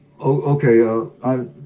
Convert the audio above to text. okay